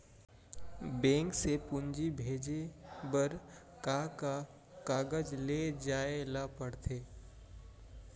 Bank से पूंजी भेजे बर का का कागज ले जाये ल पड़थे?